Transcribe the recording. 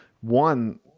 one